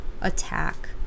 attack